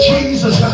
Jesus